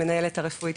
המנהלת הרפואית,